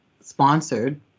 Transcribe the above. sponsored